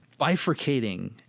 bifurcating